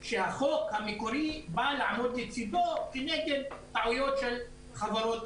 שהחוק המקורי בא לעמוד לצדו כנגד טעויות של חברות